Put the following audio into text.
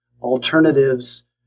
alternatives